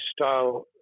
style